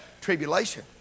tribulation